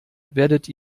werdet